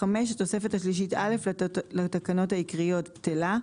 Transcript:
"התוספת השלישית א' לתקנות העיקריות בטלה".